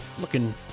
looking